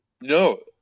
No